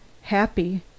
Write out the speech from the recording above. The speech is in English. Happy